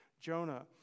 Jonah